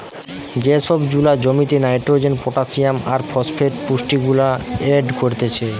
যে সার জুলা জমিতে নাইট্রোজেন, পটাসিয়াম আর ফসফেট পুষ্টিগুলা এড করতিছে